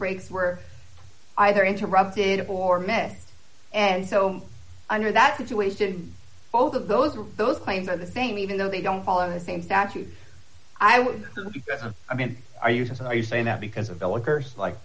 breaks were either interrupted or missed and so under that situation both of those those claims are the same even though they don't follow the same statute i would i mean are you so are you saying that because of